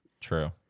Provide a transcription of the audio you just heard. True